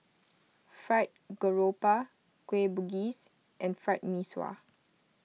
Fried Garoupa Kueh Bugis and Fried Mee Sua